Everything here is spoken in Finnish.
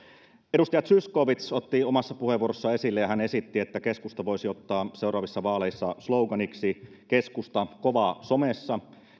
edustaja zyskowicz otti omassa puheenvuorossaan esille ja esitti että keskusta voisi ottaa seuraavissa vaaleissa sloganiksi keskusta kova somessa